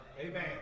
Amen